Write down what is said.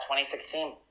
2016